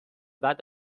بعد